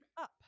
up